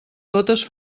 gotes